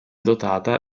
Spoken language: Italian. dotata